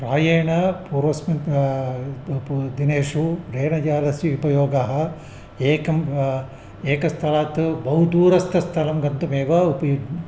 प्रायेण पूर्वस्मिन् पु पु दिनेषु रेलयानस्य उपयोगः एकम् एकस्थलात् बहुदूरस्थलं गन्तुमेव उपयुज्